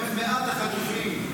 הם מאת החטופים,